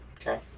Okay